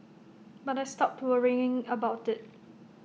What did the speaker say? but I stopped worrying about IT